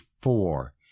four